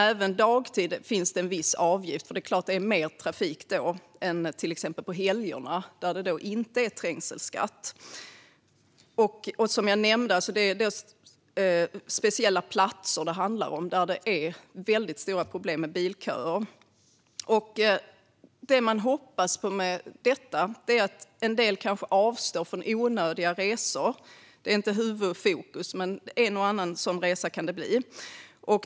Även dagtid finns det dock en viss avgift. Det är ju mer trafik då än till exempel på helgerna, då det inte är trängselskatt. Som jag nämnde handlar det om speciella platser där det finns väldigt stora problem med bilköer. Det man hoppas på med detta är att en del människor avstår från onödiga resor. Det är inte huvudfokus, men en och annan sådan resa kan det bli.